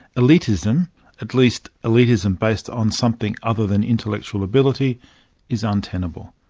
elitism at least elitism based on something other than intellectual ability is untenable.